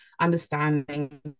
understanding